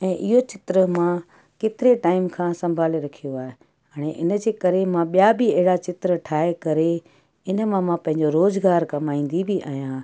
ऐं इहो चित्र मां केतिरे टाइम खां संभाले रखियो आहे हाणे इन जे करे मां ॿिया बि अहिड़ा चित्र ठाहे करे इन मां मां पंहिंजो रोज़गारु कमाईंदी बि आहियां